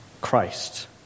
Christ